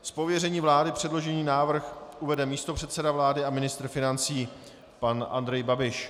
Z pověření vlády předložený návrh uvede místopředseda vlády a ministr financí pan Andrej Babiš.